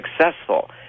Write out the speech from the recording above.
successful